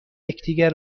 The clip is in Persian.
یکدیگر